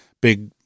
big